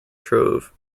trove